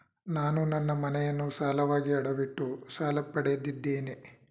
ನಾನು ನನ್ನ ಮನೆಯನ್ನು ಸಾಲವಾಗಿ ಅಡವಿಟ್ಟು ಸಾಲ ಪಡೆದಿದ್ದೇನೆ